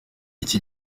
iki